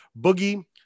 Boogie